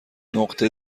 نقطه